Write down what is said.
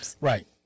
Right